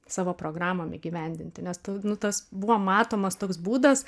savo programom įgyvendinti nes tu nu tas buvo matomas toks būdas